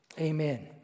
Amen